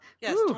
yes